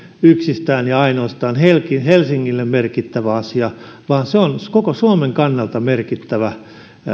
yksistään ja ainoastaan helsingille merkittävä asia vaan se on koko suomen kannalta merkittävä